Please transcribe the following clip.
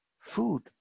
food